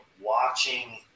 watching